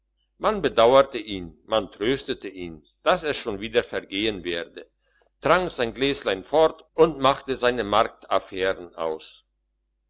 man bedauerte ihn man tröstete ihn dass es schon wieder vergehen werde trank sein gläslein fort und machte seine marktaffären aus